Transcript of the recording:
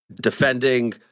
defending